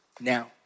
now